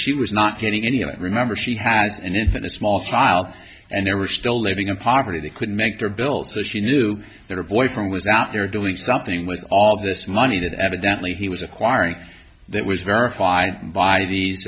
she was not getting any and i remember she has and it's in a small file and they were still living in poverty they couldn't make their bill so she knew their boyfriend was out there doing something with all this money that evidently he was acquiring that was verified by these